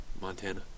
Montana